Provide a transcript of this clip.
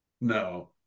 No